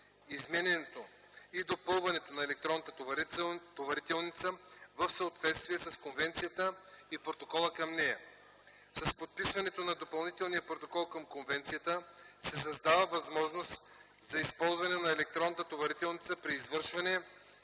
изменянето и допълването на електронната товарителница в съответствие с Конвенцията и Протокола към нея. С подписването на Допълнителния протокол към Конвенцията се създава възможност за използване на електронната товарителница при извършване